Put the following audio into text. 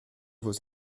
vos